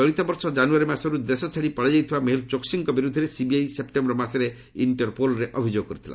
ଚଳିତବର୍ଷ ଜାନୁଆରୀ ମାସରୁ ଦେଶଛାଡି ପଳାଇଯାଇଥିବା ମେହୁଲ ଚୋକ୍ସିଙ୍କ ବିରୁଦ୍ଧରେ ସିବିଆଇ ସେପ୍ଟେମ୍ୟର ମାସରେ ଇଣ୍ଟରପୋଲ୍ରେ ଅଭିଯୋଗ କରିଥିଲା